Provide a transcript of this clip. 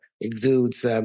exudes